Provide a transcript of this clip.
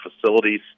facilities